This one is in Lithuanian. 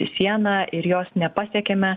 į sieną ir jos nepasiekiame